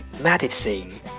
medicine